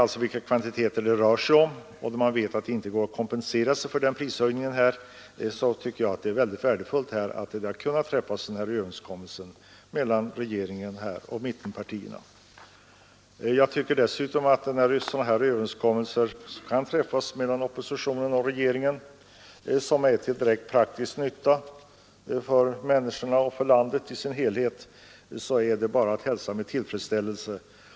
Då man vet vilka kvantiteter det rör sig om och känner till att skogsbolagen inte kan kompensera sig genom prishöjningar, tycker jag att det är värdefullt att denna överenskommelse kunnat träffas mellan regeringen och mittenpartierna. När sådana överenskommelser som är till direkt praktisk nytta för människorna och landet i dess helhet kan träffas mellan oppositionspartierna och regeringen, så är det bara att hälsa med tillfredsställelse.